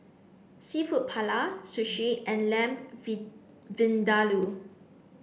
Seafood Paella Sushi and Lamb Vindaloo